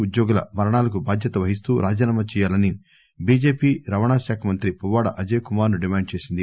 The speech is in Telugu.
ఉద్యోగుల మరణాలకు బాధ్యత వహిస్తూ రాజీనామా చెయ్యాలని బిజెపి రవాణా శాఖా మంత్రి పువ్పాడ అజయ్ కుమార్ ను డిమాండ్ చేసింది